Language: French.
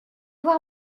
voir